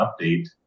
update